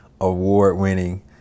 award-winning